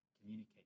communicate